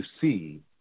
see